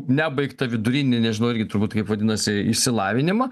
nebaigtą vidurinį nežinau irgi turbūt kaip vadinasi išsilavinimą